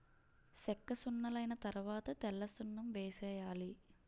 సెక్కసున్నలైన తరవాత తెల్లసున్నం వేసేయాలి